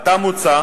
עתה מוצע